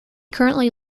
currently